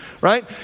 right